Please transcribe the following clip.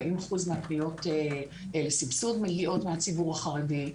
40% מהפניות לסבסוד מגיעות מהציבור החרדי,